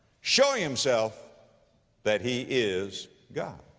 showing himself that he is god.